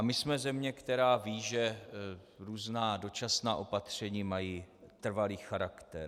My jsme země, která ví, že různá dočasná opatření mají trvalý charakter.